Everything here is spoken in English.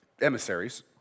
emissaries